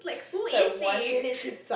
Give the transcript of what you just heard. like who is she